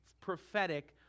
prophetic